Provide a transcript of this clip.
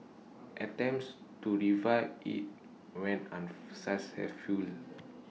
attempts to revive IT went unsuccessful